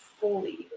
fully